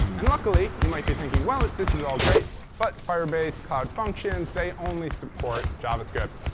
and luckily you might be thinking, well, this is all great, but firebase, cloud functions they only support javascript.